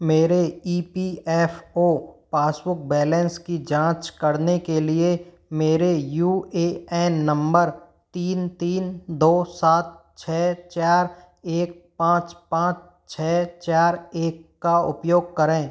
मेरे E P F O passbook balance की जाँच करने के लिए मेरे यू ए एन नंबर तीन तीन दो सात छ चार एक पाँच पाँच छ चार एक का उपयोग करें